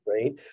Right